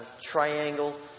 triangle